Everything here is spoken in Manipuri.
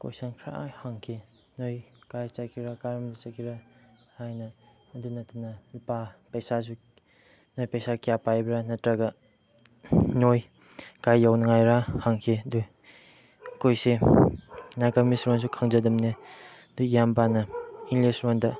ꯀꯣꯏꯁꯟ ꯈꯔ ꯍꯪꯈꯤ ꯅꯣꯏ ꯀꯥꯏ ꯆꯠꯀꯦꯔꯥ ꯀꯔꯣꯝꯗ ꯆꯠꯀꯦꯔꯥ ꯍꯥꯏꯅ ꯑꯗꯨ ꯅꯠꯇꯅ ꯂꯨꯄꯥ ꯄꯩꯁꯥꯁꯨ ꯅꯣꯏ ꯄꯩꯁꯥ ꯀꯌꯥ ꯄꯥꯏꯕ꯭ꯔꯥ ꯅꯠꯇ꯭ꯔꯒ ꯅꯣꯏ ꯀꯥꯏ ꯌꯧꯅꯤꯡꯉꯥꯏꯔꯥ ꯍꯪꯈꯤ ꯑꯗꯨ ꯑꯩꯈꯣꯏꯁꯦ ꯅꯥꯒꯥꯃꯤꯁ ꯃꯔꯣꯟꯁꯨ ꯈꯪꯖꯗꯕꯅꯦ ꯑꯗꯨꯒꯤ ꯏꯌꯥꯝꯕꯅ ꯏꯪꯂꯤꯁ ꯂꯣꯟꯗ